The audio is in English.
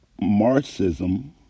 Marxism